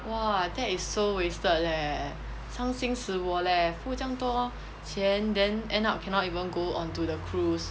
!wah! that is so wasted leh 伤心死我 leh 付这样多钱 then end up cannot even go onto the cruise